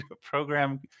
program